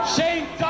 Shane